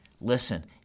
Listen